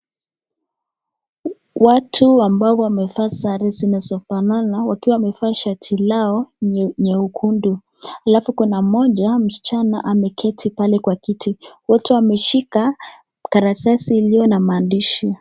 Watu ambao wamevaa sare zinazofanana wakiwa wamevaa shati lao nyekundu alafu kuna mmoja msichana ameketi pale kwa kiti wote wameshika karatasi iliyo na maandishi.